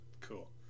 Cool